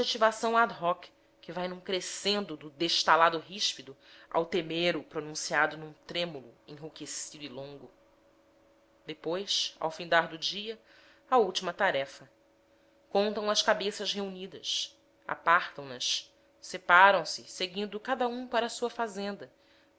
hoc que vai num crescendo do destalado ríspido ao temero pronunciado num trêmulo enrouquecido e longo depois ao findar do dia a última tarefa contam as cabeças reunidas apartam nas separam se seguindo cada uma para sua fazenda